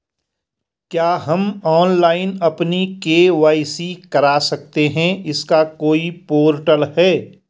क्या हम ऑनलाइन अपनी के.वाई.सी करा सकते हैं इसका कोई पोर्टल है?